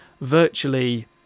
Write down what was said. virtually